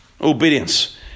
Obedience